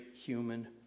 human